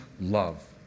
love